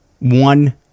one